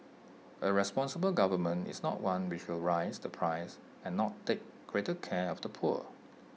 A responsible government is not one which will raise the price and not take greater care of the poor